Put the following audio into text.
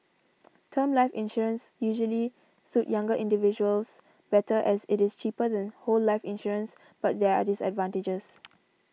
term life insurance usually suit younger individuals better as it is cheaper than whole life insurance but there are disadvantages